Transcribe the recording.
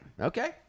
Okay